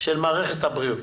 של מערכת הבריאות,